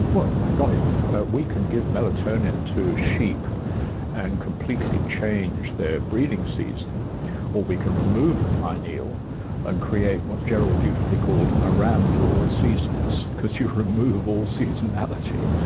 but um like um we can give melatonin to sheep and completely change their breeding season or we can remove the pineal and create what gerald beautifully called a ram for all seasons because you remove all seasonality.